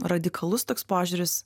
radikalus toks požiūris